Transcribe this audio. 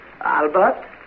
Albert